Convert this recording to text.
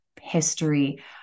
history